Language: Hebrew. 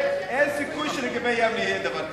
אין סיכוי שלגבי יבנה יהיה דבר כזה.